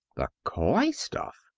the coy stuff!